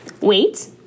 Wait